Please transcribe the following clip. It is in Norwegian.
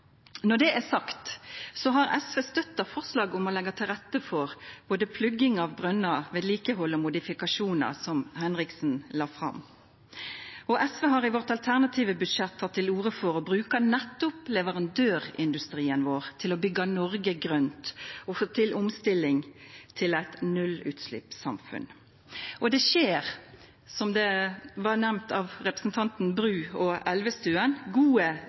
Når det er sagt, har SV støtta forslaget om å leggja til rette for både plugging av brønnar, vedlikehald og modifikasjonar, som Henriksen nemnde. SV har i sitt alternative budsjett teke til orde for å bruka nettopp leverandørindustrien vår til å byggja Noreg grønt, til omstilling til eit nullutsleppssamfunn. Det skjer, som representantane Bru og Elvestuen nemnde, gode